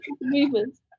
movements